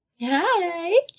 Hi